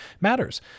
matters